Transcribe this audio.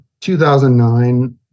2009